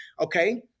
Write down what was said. Okay